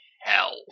hell